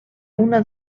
una